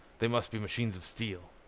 they must be machines of steel.